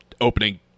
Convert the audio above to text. opening